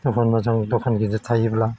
दखान मोजां दखान गिदिर थायोब्ला